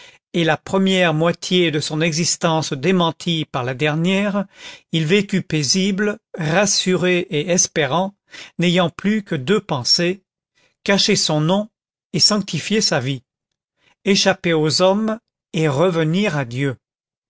et la première moitié de son existence démentie par la dernière il vécut paisible rassuré et espérant n'ayant plus que deux pensées cacher son nom et sanctifier sa vie échapper aux hommes et revenir à dieu